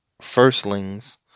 firstlings